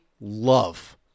love